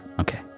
Okay